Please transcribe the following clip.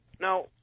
Now